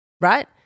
right